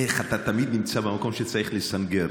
איך אתה תמיד נמצא במקום שבו צריך לסנגר